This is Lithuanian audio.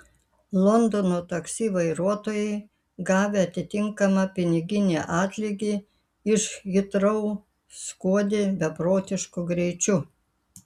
londono taksi vairuotojai gavę atitinkamą piniginį atlygį iš hitrou skuodė beprotišku greičiu